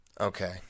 Okay